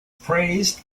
praised